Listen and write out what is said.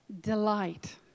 delight